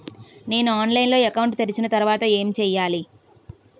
నేను ఆన్లైన్ లో అకౌంట్ తెరిచిన తర్వాత ఏం చేయాలి?